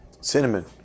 Cinnamon